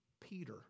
Peter